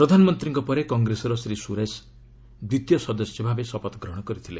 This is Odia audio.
ପ୍ରଧାନମନ୍ତ୍ରୀଙ୍କ ପରେ କଂଗ୍ରେସର ଶ୍ରୀ ସ୍ବରେଶ ଦ୍ୱିତୀୟ ସଦସ୍ୟ ଭାବେ ଶପଥଗ୍ରହଣ କରିଥିଲେ